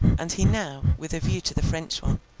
and he now, with a view to the french one,